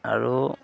আৰু